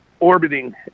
orbiting